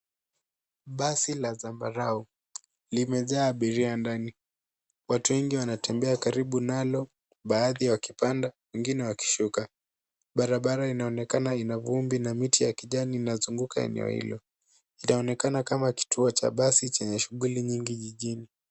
Basi la zambarau limejaa abiria ndani, watu wengi wanatembea karibu nalo baadhi wakipanda wengine wakishuka. Barabara inaonekana ina vumbi na miti ya kijani inazunguka eneo hilo. Inaonekana kama kituo cha basi chenye shuguli nyingi jijini.